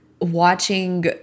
watching